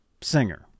singer